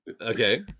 Okay